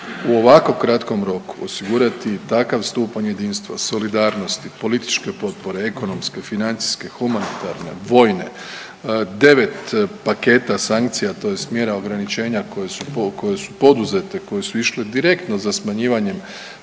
U ovako kratkom roku osigurati takav stupanj jedinstva, solidarnosti, političke potpore, ekonomske, financijske, humanitarne, vojne, 9 paketa sankcija, tj. mjera ograničenja koje su poduzete, koje su išle direktno za smanjivanjem